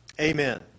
Amen